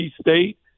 State